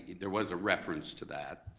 there was a reference to that,